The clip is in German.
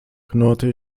knurrte